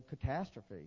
catastrophe